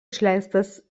išleistas